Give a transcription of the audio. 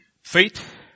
Faith